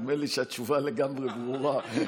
נדמה לי שהתשובה לגמרי ברורה.